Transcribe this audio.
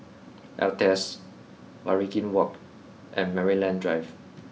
Altez Waringin Walk and Maryland Drive